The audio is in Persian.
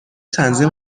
تنظیم